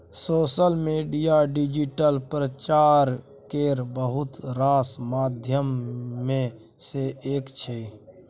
social media digital प्रचार केर बहुत रास माध्यम मे सँ एक छै